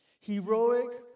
Heroic